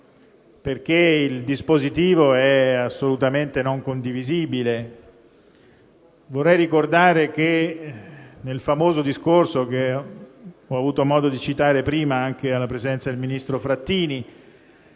perché il dispositivo è assolutamente non condivisibile. Vorrei ricordare che nel famoso discorso, che ho avuto modo di citare anche alla presenza del ministro Frattini,